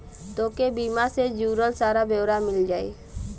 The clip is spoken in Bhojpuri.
तोके बीमा से जुड़ल सारा ब्योरा मिल जाई